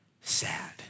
sad